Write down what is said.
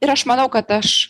ir aš manau kad aš